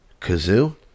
Kazoo